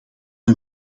een